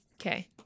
Okay